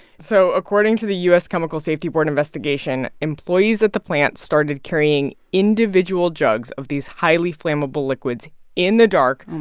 so according to the u s. chemical safety board investigation, employees at the plant started carrying individual jugs of these highly flammable liquids in the dark.